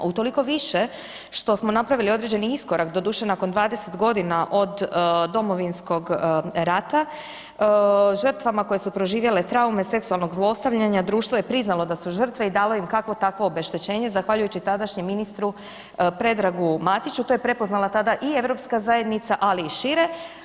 Utoliko više što smo napravili određeni iskorak, doduše nakon 20 godina od Domovinskog rata, žrtvama koje su proživjele traume seksualnog zlostavljanja društvo je priznalo da su žrtve i dalo im kakvo takvo obeštećenje zahvaljujući tadašnjem ministru Predragu Matiću, to je prepoznala tada i Europska zajednica, ali i šire.